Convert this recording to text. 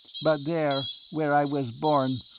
but there, where i was born,